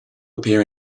appear